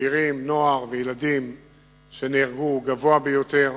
צעירים, נוער וילדים שנהרגו, הוא גבוה ביותר.